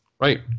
right